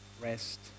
rest